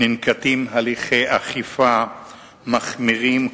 ננקטים הליכי אכיפה מחמירים,